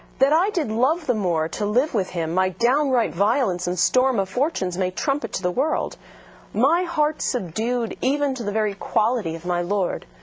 that i did love the moor to live with him, my downright violence and storm of fortunes may trumpet to the world my heart's subdued even to the very quality of my lord.